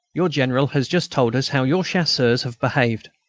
your general has just told us how your chasseurs have behaved.